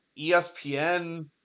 ESPN